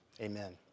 amen